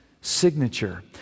signature